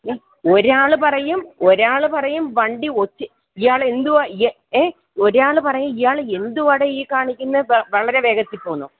ഏ ഒരാൾ പറയും ഒരാൾ പറയും വണ്ടി ഒച്ച് ഇയാളെന്തുവാ യെ ഏ ഒരാൾ പറയും ഇയാൾ എന്തുവാഡേയീ കാണിക്കുന്നത് വളരെ വേഗത്തിൽപ്പോകുന്നോ